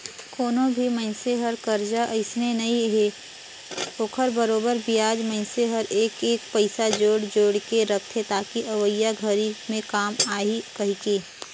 कोनो भी मइनसे हर करजा अइसने नइ हे ओखर बरोबर बियाज मइनसे हर एक एक पइसा जोयड़ जोयड़ के रखथे ताकि अवइया घरी मे काम आही कहीके